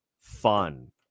fun